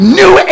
new